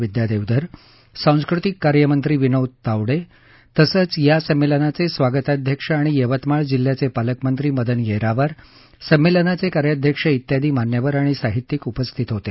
विद्या देवधर सांस्कृतिक कार्यमंत्री विनोद तावडे तसंच या संमेलनाचे स्वागताध्यक्ष आणि यवतमाळ जिल्ह्याचे पालकमंत्री मदन येरावार संमेलनाचे कार्याध्यक्ष इत्यादी मान्यवर आणि साहित्यिक उपस्थित होते